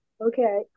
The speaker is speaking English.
Okay